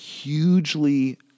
hugely